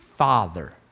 father